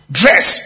dress